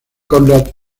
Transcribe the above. conrad